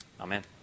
Amen